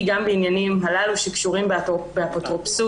גם בעניינים הללו שקשורים באפוטרופסות.